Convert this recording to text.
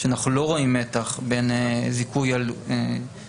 שאנחנו לא רואים מתח בין זיכוי על ערעורים